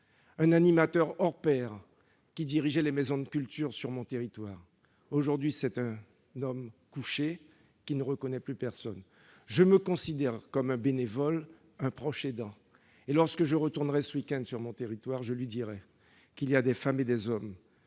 un animateur hors pair, qui dirigeait les maisons de la culture sur mon territoire ; aujourd'hui, c'est un homme couché, qui ne reconnaît plus personne. Je me considère comme un bénévole, un proche aidant, et, lorsque je retournerai ce week-end sur mon territoire, je lui dirai que des femmes et des hommes,